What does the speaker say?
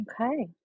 Okay